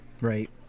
Right